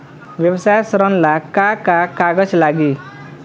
व्यवसाय ऋण ला का का कागज लागी?